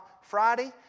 Friday